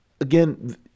again